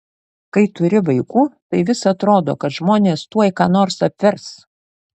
kai turi vaikų tai vis atrodo kad žmonės tuoj ką nors apvers